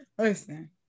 Listen